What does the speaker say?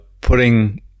putting